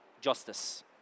Justice